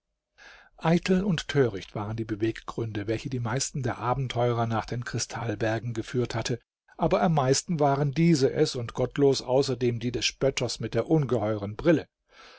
eitel und töricht waren die beweggründe welche die meisten der abenteurer nach den kristallbergen geführt hatten aber am meisten waren diese es und gottlos außerdem die des spötters mit der ungeheuren brille